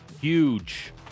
huge